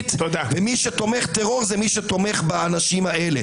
פוליטית ומי שתומך טרור זה מי שתומך באנשים האלה.